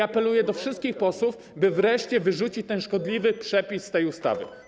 Apeluję do wszystkich posłów, by wreszcie wyrzucić ten szkodliwy przepis z tej ustawy.